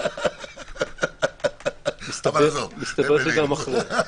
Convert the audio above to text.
מסתבר שגם אחרי.